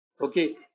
okay